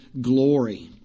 glory